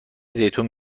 زیتون